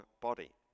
body